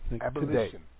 Abolition